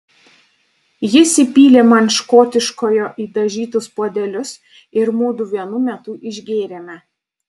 jis įpylė man škotiškojo į dažytus puodelius ir mudu vienu metu išgėrėme